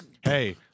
Hey